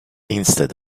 instead